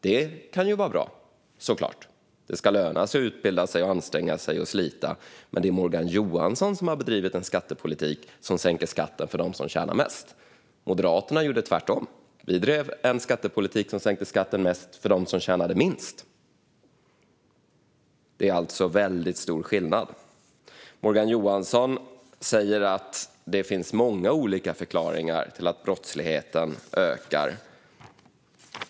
Det kan såklart vara bra; det ska löna sig att utbilda sig, anstränga sig och slita. Men det är Morgan Johansson som har bedrivit en skattepolitik som sänker skatten för dem som tjänar mest. Moderaterna gjorde tvärtom. Vi drev en skattepolitik som sänkte skatten mest för dem som tjänade minst. Det är alltså väldigt stor skillnad. Morgan Johansson säger att det finns många olika förklaringar till att brottsligheten ökar.